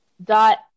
Dot